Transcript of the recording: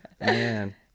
Man